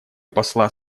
посла